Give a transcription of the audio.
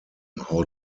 how